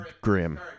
grim